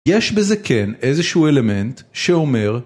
יש בזה כן איזשהו אלמנט שאומר